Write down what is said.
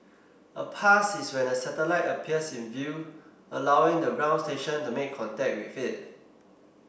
a pass is when the satellite appears in view allowing the ground station to make contact with it